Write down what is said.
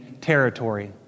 territory